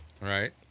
Right